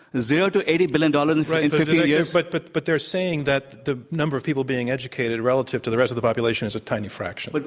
zero to eighty billion dollars in fifteen years. but but but they're saying that the number of people being educated relative to the rest of the population is a tiny fraction. but